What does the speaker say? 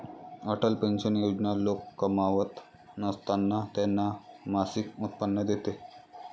Atal pension योजना लोक कमावत नसताना त्यांना मासिक उत्पन्न देते